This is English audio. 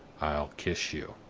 i'll kiss you!